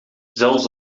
zelfs